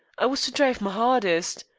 i was to drive my ardest.